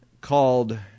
called